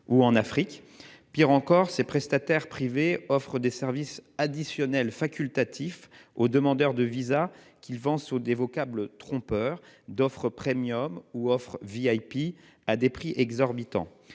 ou en Afrique. Pis encore, ces prestataires privés proposent des services additionnels facultatifs aux demandeurs de visa qu'ils vendent sous les dénominations trompeuses d'« offre premium » ou d'« offre VIP », à des prix exorbitants.